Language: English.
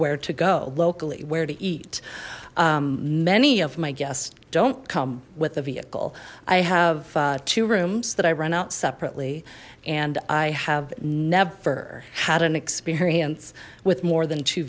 where to go locally where to eat many of my guests don't come with a vehicle i have two rooms that i run out separately and i have never had an experience with more than two